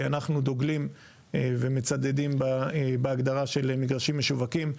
אנחנו דוגלים ומצדדים בהגדרה של מגרשים משווקים.